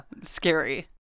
scary